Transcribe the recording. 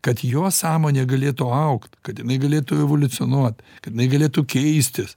kad jo sąmonė galėtų augt kad jinai galėtų evoliucionuot kad jinai galėtų keistis